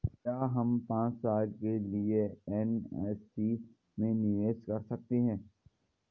क्या हम पांच साल के लिए एन.एस.सी में निवेश कर सकते हैं?